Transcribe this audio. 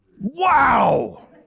Wow